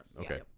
Okay